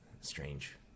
Strange